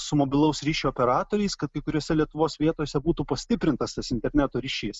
su mobilaus ryšio operatoriais kad kai kuriose lietuvos vietose būtų pastiprintas interneto ryšys